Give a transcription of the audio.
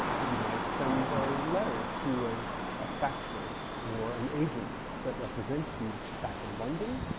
you might send a letter to a a factor or an agent that represents you back in london,